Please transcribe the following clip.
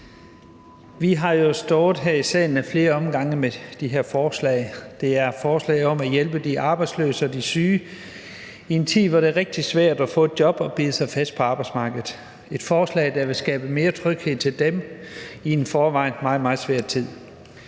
Vi har jo stået her i salen ad flere omgange med de her forslag. Det er forslag om at hjælpe de arbejdsløse og de syge i en tid, hvor det er rigtig svært at få et job og bide sig fast på arbejdsmarkedet; forslag, der vil skabe mere tryghed for dem i en i forvejen meget, meget svær tid.